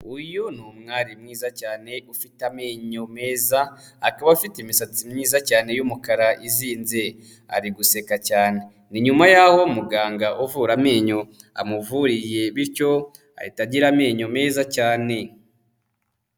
Uyu ni umwari mwiza cyane ufite amenyo meza, akaba afite imisatsi myiza cyane y'umukara izinze, ari guseka cyane, ni nyuma yaho muganga uvura amenyo amuvuriye bityo ahita agira amenyo meza cyane.